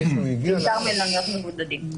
בעיקר מלוניות למבודדים.